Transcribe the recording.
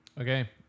Okay